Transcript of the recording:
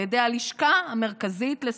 על ידי הלשכה המרכזית לסטטיסטיקה,